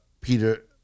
peter